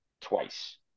twice